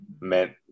meant